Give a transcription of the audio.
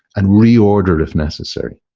and reorder if necessary.